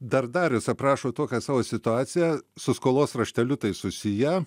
dar darius aprašo tokią savo situaciją su skolos rašteliu tai susiję